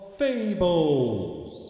fables